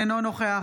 אינו נוכח